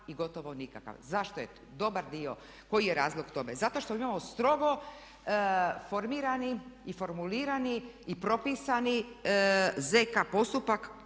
i gotovo nikakav. Zašto je dobar dio? Koji je razlog tome? Zato što imamo strogo formirani i formulirani i propisani ZK postupak